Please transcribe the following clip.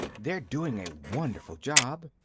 they're doing a wonderful job,